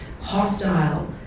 hostile